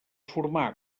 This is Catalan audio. formà